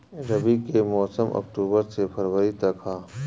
रबी के मौसम अक्टूबर से फ़रवरी तक ह